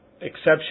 exception